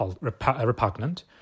repugnant